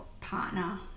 partner